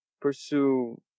pursue